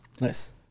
Nice